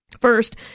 First